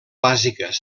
bàsiques